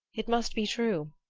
it must be true,